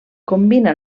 combina